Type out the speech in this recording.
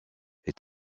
est